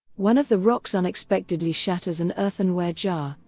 one of the rocks unexpectedly shatters an earthenware jar,